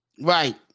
Right